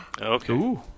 Okay